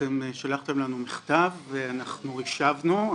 אתם שלחתם לנו מכתב ואנחנו השבנו,